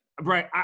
right